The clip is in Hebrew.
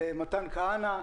למתן כהנא,